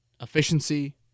efficiency